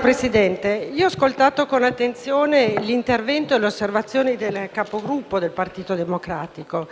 Presidente, ho ascoltato con attenzione l'intervento e le osservazioni svolte dal Capogruppo del Partito Democratico,